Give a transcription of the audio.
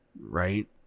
right